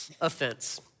offense